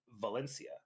Valencia